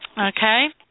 Okay